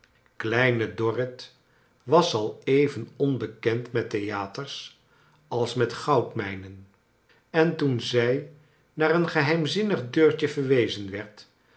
kleine dorrit was al even onbekend met theaters als met goudmijnen en toen zij naar een geheimzinnig deurtje verwezen werd